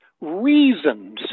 reasons